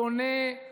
תונה,